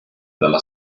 della